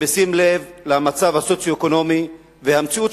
בשים לב למצב הסוציו-אקונומי והמציאות,